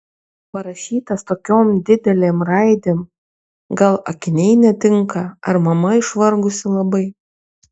parašytas tokiom didelėm raidėm gal akiniai netinka ar mama išvargusi labai